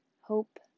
Hope